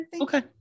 okay